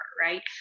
right